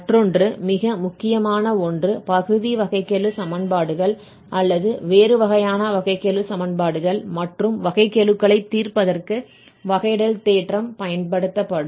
மற்றொன்று மிக முக்கியமான ஒன்று பகுதி வகைக்கெழுச் சமன்பாடுகள் அல்லது வேறு வகையான வகைக்கெழுச் சமன்பாடுகள் மற்றும் வகைக்கெழுக்களைத் தீர்ப்பதற்கு வகையிடல் தேற்றம் பயன்படுத்தப்படும்